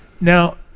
Now